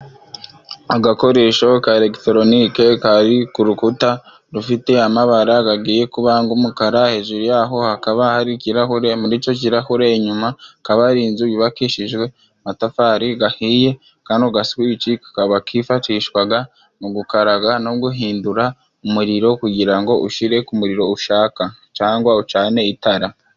Agakoresho ka elegitoronike kari ku rukuta rufite amabara, gagiye kuba nk'umukara, hejuru yaho hakaba hari ikirahure, muri ico kirahure inyuma hakaba hari inzu yubakishijwe amatafari gahiye, kano gasuwici kakaba kifashishwaga mu gukaraga no guhindura umuriro, kugira ngo ushire ku muririro ushaka cangwa ucane itara.